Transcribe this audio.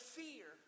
fear